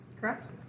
correct